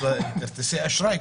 כרטיסי אשראי,